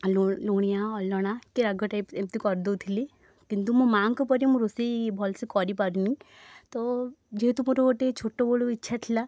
ଲୁଣିଆ ଅଲଣା କି ରାଗ ଟାଇପ୍ ଏମତି କରି ଦେଉଥିଲି କିନ୍ତୁ ମୋ ମାଆଙ୍କ ପରି ମୁଁ ରୋଷେଇ ଭଲସେ କରିପାରନି ତ ଯେହେତୁ ମୋର ଗୋଟେ ଛୋଟବେଳୁ ଇଛା ଥିଲା